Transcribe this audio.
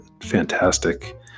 fantastic